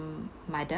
mm my ther~